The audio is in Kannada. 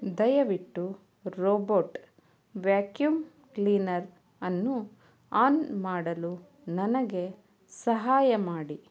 ದಯವಿಟ್ಟು ರೋಬೋಟ್ ವ್ಯಾಕ್ಯೂಮ್ ಕ್ಲೀನರನ್ನು ಆನ್ ಮಾಡಲು ನನಗೆ ಸಹಾಯ ಮಾಡಿ